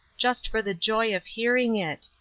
just for the joy of hearing it.